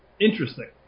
Interesting